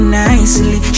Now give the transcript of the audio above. nicely